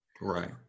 Right